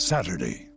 Saturday